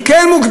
היא כן מוגבלת.